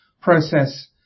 process